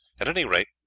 at any rate,